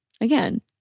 again